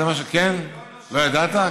לא ידעת?